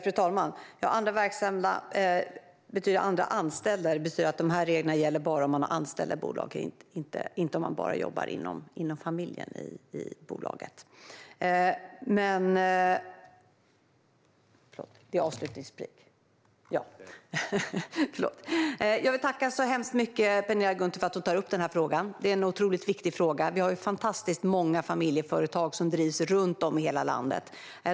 Herr ålderspresident! Begreppet andra anställda gäller bara om man har anställda i bolaget, inte om man bara jobbar inom familjen. Jag vill tacka Penilla Gunther så hemskt mycket för att hon tar upp den här frågan som är otroligt viktig. Det finns många familjeföretag runt om i hela landet.